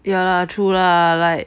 ya lah true lah like